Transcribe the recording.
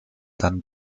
dann